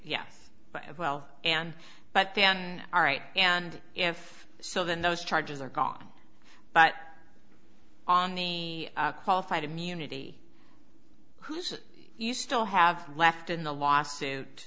yes well and but then all right and if so then those charges are gone but on the qualified immunity who was you still have left in the lawsuit